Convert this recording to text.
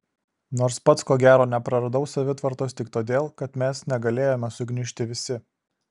nors pats ko gero nepraradau savitvardos tik todėl kad mes negalėjome sugniužti visi